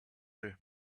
day